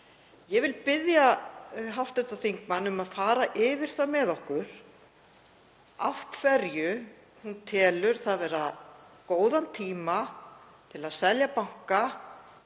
Ég vil biðja hv. þingmann um að fara yfir það með okkur af hverju hún telur það vera góðan tíma til að selja banka